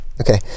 Okay